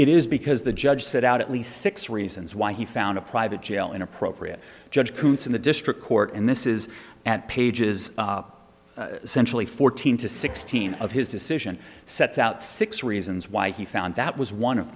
it is because the judge set out at least six reasons why he found a private jail inappropriate judge coots in the district court and this is at pages centrally fourteen to sixteen of his decision sets out six reasons why he found that was one of